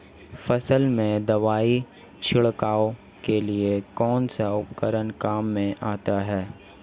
फसल में दवाई छिड़काव के लिए कौनसा उपकरण काम में आता है?